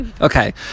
okay